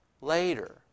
later